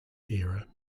era